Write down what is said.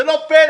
זה לא פלא,